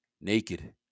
naked